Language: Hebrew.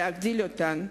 להגדיל אותן.